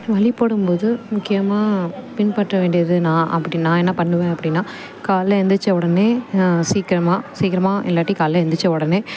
வழிபடும் போது முக்கியமாக பின்பற்ற வேண்டியது நான் அப்படி நான் என்ன பண்ணுவேன் அப்படின்னா காலையில் எழுந்திரிச்ச உடனே சீக்கிரமாக சீக்கிரமாக இல்லாட்டி காலையில் எழுந்திரிச்ச உடனே